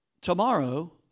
tomorrow